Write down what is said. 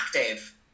active